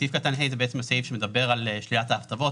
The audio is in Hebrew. סעיף קטן (ה) הוא בעצם הסעיף שמדבר על שלילת ההטבות,